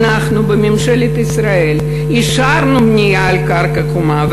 אנחנו בממשלת ישראל אישרנו בנייה על קרקע חומה,